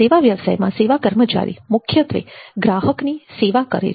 સેવા વ્યવસાયમાં સેવા કર્મચારી મુખ્યત્વે ગ્રાહકની સેવા કરે છે